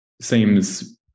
seems